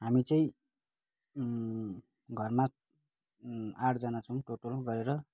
हामी चाहिँ घरमा आठजना छौँ टोटल गरेर